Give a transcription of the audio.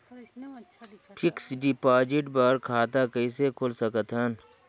Fixed deposit बर खाता कइसे खोल सकत हन?